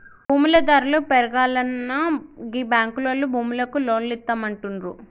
భూముల ధరలు పెరుగాల్ననా గీ బాంకులోల్లు భూములకు లోన్లిత్తమంటుండ్రు